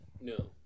No